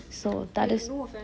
so that is